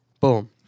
boom